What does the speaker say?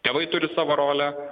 tėvai turi savo rolę